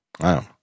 Wow